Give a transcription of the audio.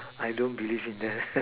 I don't believe in that